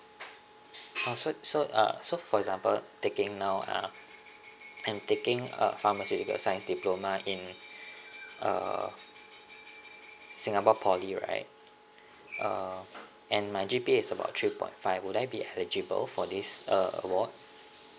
uh so so uh so for example taking now uh I'm taking a pharmaceutical science diploma in uh singapore poly right uh and my G_P_A is about three point five would I be eligible for this uh award